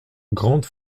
grande